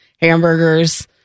hamburgers